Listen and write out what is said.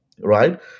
right